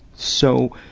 so,